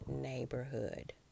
neighborhood